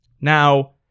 Now